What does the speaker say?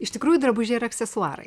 iš tikrųjų drabužiai ir aksesuarai